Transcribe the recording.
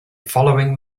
following